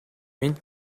минь